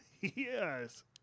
Yes